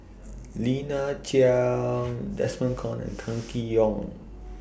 Lina Chiam Desmond Kon and Kam Kee Yong